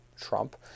Trump